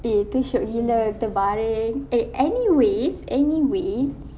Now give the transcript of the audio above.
eh itu shiok gila kita baring eh anyways anyways